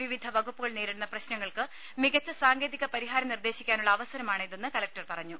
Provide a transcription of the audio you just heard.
വിവിധ വകുപ്പുകൾ നേരിടുന്നപ്രശ്നങ്ങൾക്ക് മികച്ച സാങ്കേതികപരിഹാരം നിർദേശിക്കാനുള്ള അവസരമാണ് ഇതെന്ന് കലക്ടർ പറഞ്ഞു